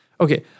Okay